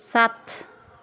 सात